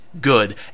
good